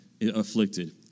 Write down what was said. afflicted